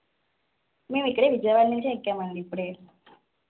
మేము ఇక్కడే విజయవాడ నుంచే ఎక్కామండీ ఇప్పుడే